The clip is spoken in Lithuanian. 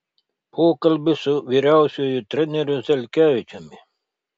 pokalbis su vyriausiuoju treneriu zelkevičiumi